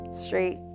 straight